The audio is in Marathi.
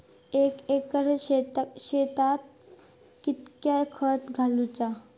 एक एकर शेताक कीतक्या खत घालूचा?